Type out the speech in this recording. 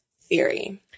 theory